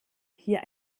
hier